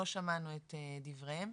לא שמענו את דבריהם.